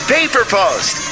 PaperPost